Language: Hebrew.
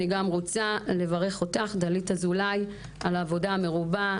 אני גם רוצה לברך אותך דלית אזולאי על העבודה המרובה.